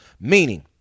meaning